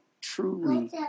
truly